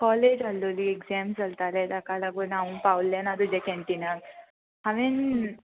college आहलोली exams चलताले ताका लागून हांव पावलें ना तुज्या कॅन्टिनान हांवेंन